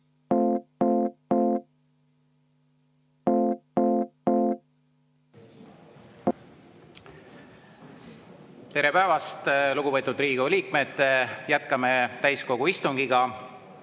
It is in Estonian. Tere päevast, lugupeetud Riigikogu liikmed! Jätkame täiskogu istungit.